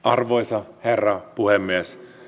arvoisa herra puhemies